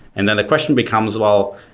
and then the question becomes well,